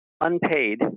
unpaid